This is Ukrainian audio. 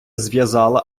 зв’язала